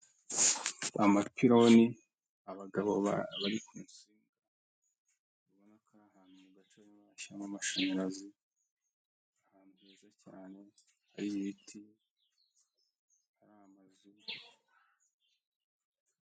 Amapironi, abagabo bari ku nsinga ubona ko ari ahantu mu gace hashyizwemo amashanyarazi, ahantu heza cyane hari ibiti, hari amazu.